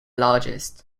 largest